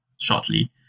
shortly